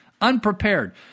unprepared